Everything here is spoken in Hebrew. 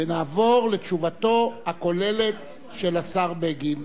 ונעבור לתשובתו הכוללת של השר בגין.